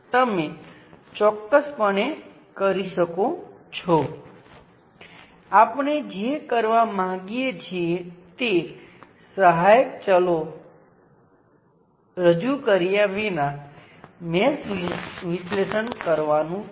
હું આ સૌથી સરળ શોર્ટ સર્કિટને કાંઈ પણ બદલ્યાં વિના કોઈપણ વાયરમાં મૂકી શકું છું કારણ કે હું ખરેખર કાંઈ પણ બદલતો નથી